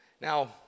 Now